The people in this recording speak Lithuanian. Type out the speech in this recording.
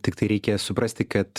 tiktai reikia suprasti kad